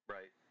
Right